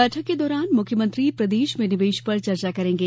बैठक के दौरान मुख्यमंत्री प्रदेश में निवेश पर चर्चा करेंगे